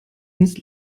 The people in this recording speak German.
ins